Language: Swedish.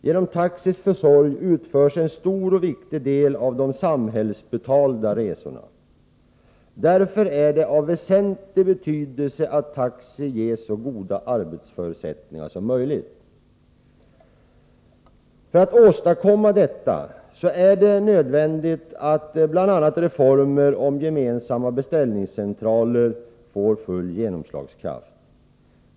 Genom taxis försorg utförs en stor och viktig del av de samhällsbetalda resorna. Därför är det av väsentlig betydelse att taxi ges så goda arbetsförutsättningar som möjligt. För att åstadkomma detta är det nödvändigt att bl.a. reformen om gemensamma beställningscentraler får full genomslagskraft.